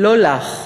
לא לך.